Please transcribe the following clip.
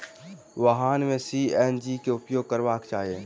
वाहन में सी.एन.जी के उपयोग करबाक चाही